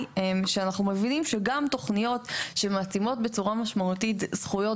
שאנחנו מבינים שגם תוכניות שמתאימות בצורה משמעותית זכויות